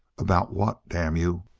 about what, damn you!